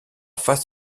face